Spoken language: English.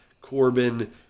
Corbin